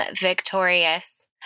victorious